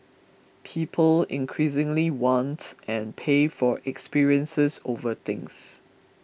people increasingly want and pay for experiences over things